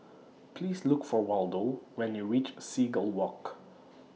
Please Look For Waldo when YOU REACH Seagull Walk